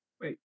Wait